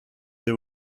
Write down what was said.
they